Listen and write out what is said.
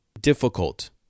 difficult